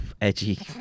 edgy